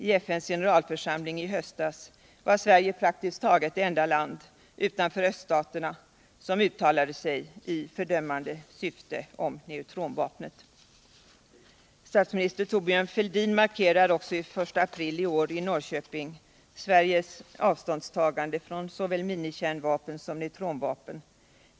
I FN:s generalförsamling i höstas var Sverige praktiskt taget det enda land utanför öststaterna som uttalade sig i fördömande syfte om neutronvapnet. Statsminister Thorbjörn Fälldin markerade den I april i år i Norrköping på ett mycket kraftfullt sätt Sveriges avståndstagande från såväl minikärnvapen som neutronvapen.